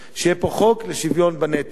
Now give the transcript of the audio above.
שיהיה פה חוק לשוויון בנטל,